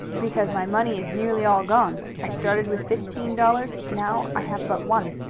because my money is nearly all gone. i started with fifteen dollars. now i have but one.